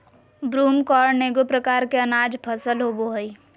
broomcorn एगो प्रकार के अनाज फसल होबो हइ